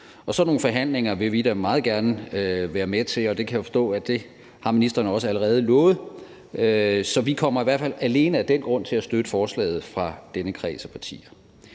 Og sådan nogle forhandlinger vil vi da meget gerne være med til, og det kan jeg forstå ministeren også allerede har lovet. Så vi kommer i hvert fald alene af den grund til at støtte forslaget fra denne kreds af partier.